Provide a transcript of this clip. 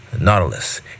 Nautilus